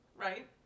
right